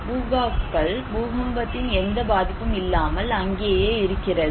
பூகாக்கள் பூகம்பத்தின் எந்த பாதிப்பும் இல்லாமல் அங்கேயே இருக்கிறது